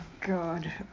God